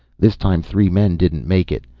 this time three men didn't make it.